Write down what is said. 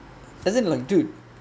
as in like dude